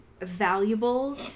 valuable